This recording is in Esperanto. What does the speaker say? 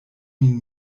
min